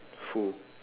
who